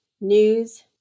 news